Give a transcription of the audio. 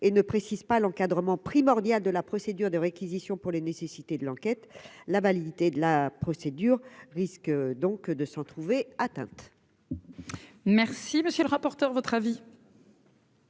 et ne précise pas l'encadrement primordial de la procédure de réquisition pour les nécessités de l'enquête, la validité de la procédure risque donc de se retrouver atteinte. Merci, monsieur le rapporteur, votre avis.